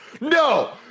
no